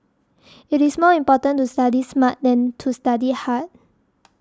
it is more important to study smart than to study hard